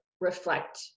reflect